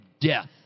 death